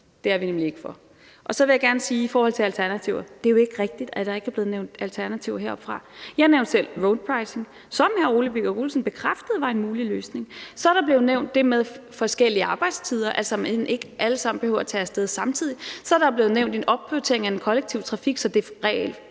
det er vi nemlig ikke for. Så vil jeg gerne sige i forhold til alternativer. Det er jo ikke rigtigt, at der ikke er blevet nævnt alternativer heroppefra. Jeg nævnte selv roadpricing, som hr. Ole Birk Olesen bekræftede var en mulig løsning. Så er der blevet nævnt det med forskellige arbejdstider, altså at vi ikke alle behøver at tage af sted samtidig. Så er der blevet nævnt en opprioritering af den kollektive trafik, så den reelt